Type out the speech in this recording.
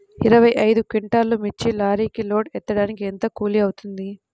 ఇరవై ఐదు క్వింటాల్లు మిర్చి లారీకి లోడ్ ఎత్తడానికి ఎంత కూలి అవుతుంది?